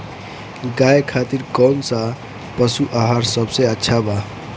गाय खातिर कउन सा पशु आहार सबसे अच्छा बा?